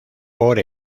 por